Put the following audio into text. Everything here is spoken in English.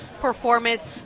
performance